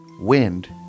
Wind